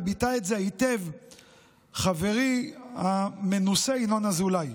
וביטא את זה היטב חברי המנוסה ינון אזולאי.